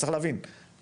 צריך להבין,